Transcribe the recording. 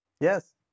Yes